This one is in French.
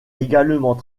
également